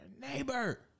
neighbor